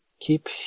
keep